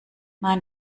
nein